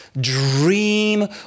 dream